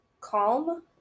calm